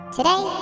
Today